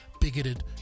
bigoted